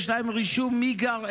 יש להם רישום מי גר,